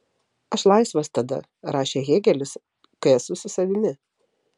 aš laisvas tada rašė hėgelis kai esu su savimi